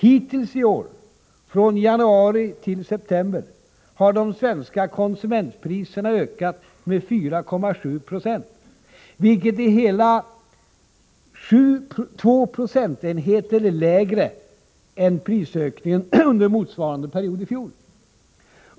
Hittills iår —= Nr 15 från januari till september — har de svenska konsumentpriserna ökat med 4,7 90, vilket är hela 2 procentenheter lägre än prisökningen under motsvarande period i fjol.